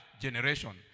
generation